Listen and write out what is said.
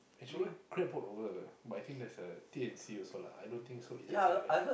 actually Grab bought over but I think there's a T-and-C also lah I don't so it's just like that